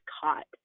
caught